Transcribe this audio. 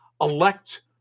elect